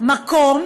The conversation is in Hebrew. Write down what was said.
מקום